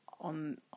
on